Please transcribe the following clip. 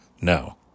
No